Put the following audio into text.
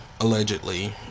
allegedly